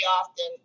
often